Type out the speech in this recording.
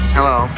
Hello